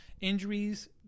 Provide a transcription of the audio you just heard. injuries